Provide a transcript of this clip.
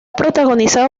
protagonizada